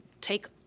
take